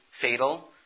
fatal